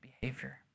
behavior